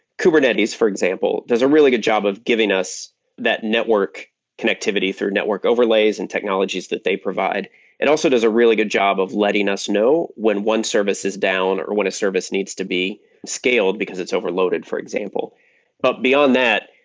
kubernetes for example, does a really good job of giving us that network connectivity through network overlays and technologies that they provide and also does a really good job of letting us know when one service is down or when a service needs to be scaled, because it's overloaded for example but beyond that,